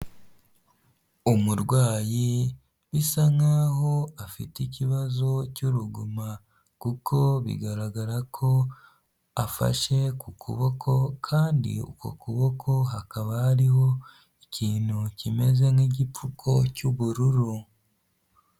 Umurwayi bisa nkaho afite ikibazo cy'urugoma, kuko bigaragara ko afashe ku kuboko kandi uko kuboko hakaba hariho ikintu kimeze nk'igipfuko cy'ubururu.